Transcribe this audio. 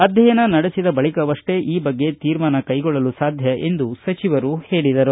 ಅಧ್ಯಯನ ನಡೆಸಿದ ಬಳಿಕವಷ್ಟೇ ಈ ಬಗ್ಗೆ ತೀರ್ಮಾನ ಕೈಗೊಳ್ಳಲು ಸಾಧ್ಯ ಎಂದು ಸಚಿವರು ಹೇಳಿದರು